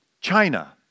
China